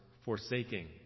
forsaking